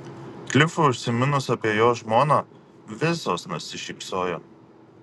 klifui užsiminus apie jo žmoną visos nusišypsojo